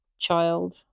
child